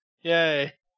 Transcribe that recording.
Yay